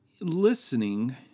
listening